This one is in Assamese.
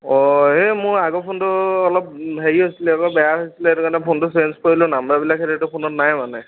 অঁ এই মোৰ আগৰ ফোনটো অলপ হেৰি হৈছিলে আকৌ বেয়া হৈছিলে সেইটো কাৰণে ফোনটো চেইঞ্জ কৰিলোঁ নাম্বাৰবিলাক এইটো ফোনত নাই মানে